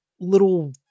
little